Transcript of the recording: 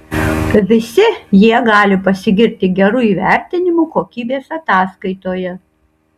visi jie gali pasigirti geru įvertinimu kokybės ataskaitoje